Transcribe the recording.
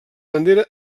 bandera